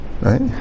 Right